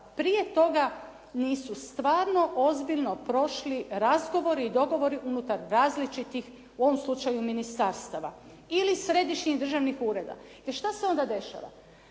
prije toga nisu stvarno ozbiljno prošli razgovori i dogovori unutar različitih u ovom slučaju ministarstava. Ili središnjih državnih ureda. Jel što se onda dešava?